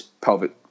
pelvic